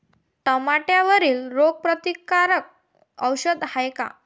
टमाट्यावरील रोग प्रतीकारक औषध हाये का?